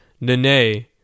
Nene